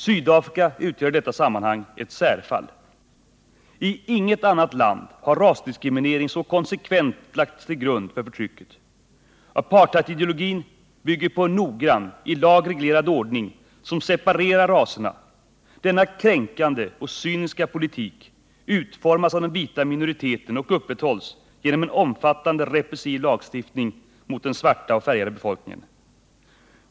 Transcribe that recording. Sydafrika utgör i detta sammanhang ett särfall. I inget annat land har rasdiskriminering så konsekvent lagts till grund för förtrycket. Apartheidideologin bygger på en noggrann, i lag reglerad ordning som separerar raserna. Denna kränkande och cyniska politik utformas av den vita minoriteten och upprätthålls genom en omfattande repressiv lagstiftning mot den svarta och färgade befolkningen.